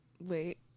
wait